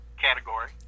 category